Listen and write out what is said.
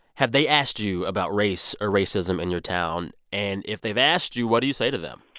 have they asked you about race or racism in your town? and if they've asked you, what do you say to them?